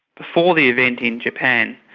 before the event in japan,